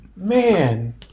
Man